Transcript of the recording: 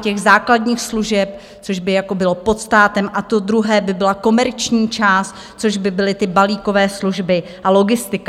těch základních služeb, což by bylo pod státem, a to druhé by byla komerční část, což by byly balíkové služby a logistika.